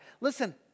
Listen